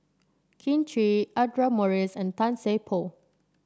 Kin Chui Audra Morrice and Tan Seng Poh